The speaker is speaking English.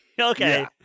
Okay